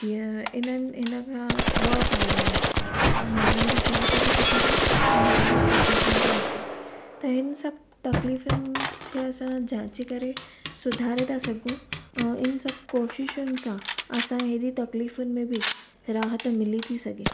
जीअं इन्हनि हिनखां ॿ फ़ाइदा आइन माण्हुनि जी सेहत बि सुठी रहे ऐं हवा में प्रदूषण बि न थे त हिन सभु तकलीफ़ुनि खे असां जांचे करे सुधारे था सघूं ऐं इन सभु कोशिशुनि सां असां अहिड़ी तकलीफ़ुनि में बि राहत मिली थी सघे